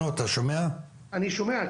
שמעתם טוב, מה אני אומר?